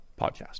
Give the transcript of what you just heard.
podcast